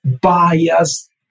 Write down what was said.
bias